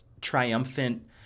triumphant